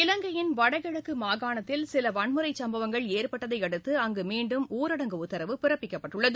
இலங்கையின் வடகிழக்கு மாகாணத்தில் சில வன்முறை சும்பவங்கள் ஏற்பட்டதை அடுத்து அங்கு இன்று மீண்டும் ஊரடங்கு உத்தரவு பிறப்பிக்கப்பட்டுள்ளது